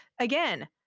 again